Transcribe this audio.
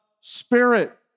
spirit